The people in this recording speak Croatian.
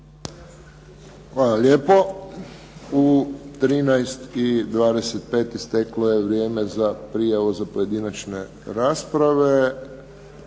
Hvala lijepo. U 13,25 isteklo je vrijeme za prijavu za pojedinačne rasprave.